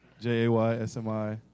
J-A-Y-S-M-I